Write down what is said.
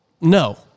no